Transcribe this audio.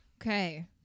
Okay